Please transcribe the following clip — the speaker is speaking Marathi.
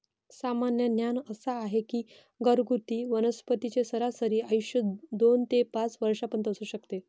सामान्य ज्ञान असा आहे की घरगुती वनस्पतींचे सरासरी आयुष्य दोन ते पाच वर्षांपर्यंत असू शकते